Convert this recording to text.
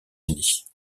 unis